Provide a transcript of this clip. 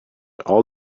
all